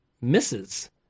misses